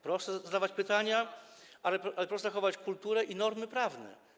Proszę zadawać pytania, ale proszę zachować kulturę i normy prawne.